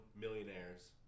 millionaires